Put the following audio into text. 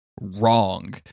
Wrong